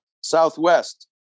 southwest